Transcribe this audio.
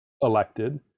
elected